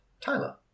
tyler